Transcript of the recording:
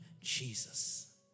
Jesus